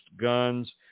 guns